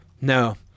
No